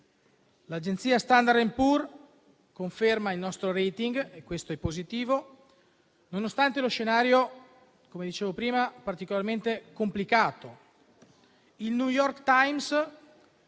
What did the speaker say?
L'agenzia Standard & Poor's conferma il nostro *rating* - e questo è positivo - nonostante lo scenario, come dicevo prima, particolarmente complicato. Il «New York Times»,